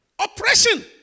Oppression